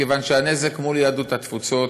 כיוון שהנזק מול יהדות התפוצות,